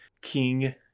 king